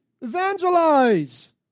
evangelize